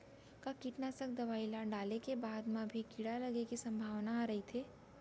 का कीटनाशक दवई ल डाले के बाद म भी कीड़ा लगे के संभावना ह रइथे?